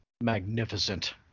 magnificent